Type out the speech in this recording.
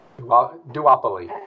Duopoly